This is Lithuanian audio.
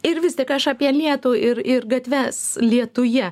ir vis tik aš apie lietų ir ir gatves lietuje